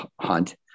hunt